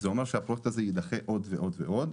זה אומר שהפרויקט הזה יידחה עוד ועוד ועוד.